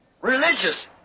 Religious